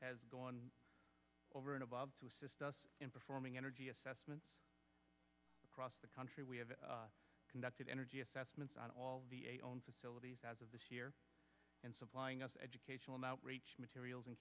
has gone over and above to assist us in performing energy assessments across the country we have conducted energy assessments on own facilities as of this year and supplying us educational materials and